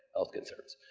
health concerns?